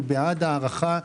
אנחנו בעד הארכה.